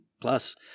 plus